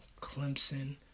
Clemson